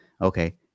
Okay